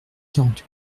quarante